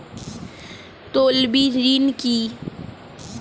তলবি ঋণ কি?